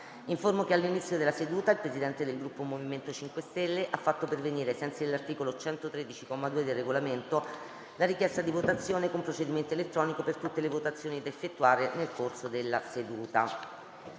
che all'inizio della seduta il Presidente del Gruppo MoVimento 5 Stelle ha fatto pervenire, ai sensi dell'articolo 113, comma 2, del Regolamento, la richiesta di votazione con procedimento elettronico per tutte le votazioni da effettuare nel corso della seduta.